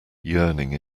yearning